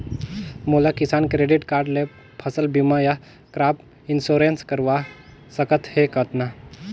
मोला किसान credit card ले फसल बीमा या क्रॉप इंश्योरेंस करवा सकथ हे कतना?